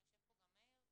יושב פה גם מאיר קלוגהפט,